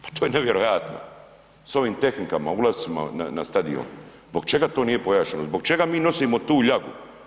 Pa to je nevjerojatno, sa ovim tehnikama, ulascima na stadion, zbog čega to nije pojašnjeno, zbog čega mi nosimo tu ljagu?